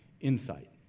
insight